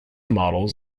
models